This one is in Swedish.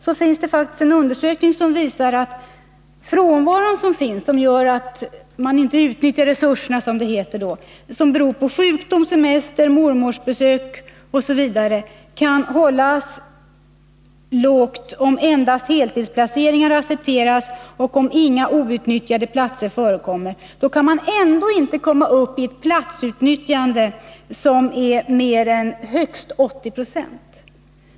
Det finns faktiskt en undersökning som visar att frånvaro som gör att man inte utnyttjar resurserna — som det heter — och som beror på sjukdom, semester, mormorsbesök osv. kan hållas låg om endast heltidsplaceringar accepteras och om det inte förekommer några outnyttjade platser. Man kan ändå inte i dessa fall komma upp till ett platsutnyttjande som är mer än högst 80 96.